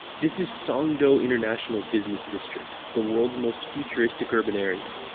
this is songdo international business district, the world's most futuristic urban area.